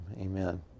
amen